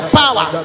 power